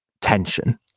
tension